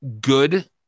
good